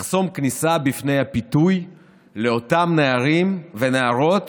מחסום כניסה בפני הפיתוי לאותם נערים ונערות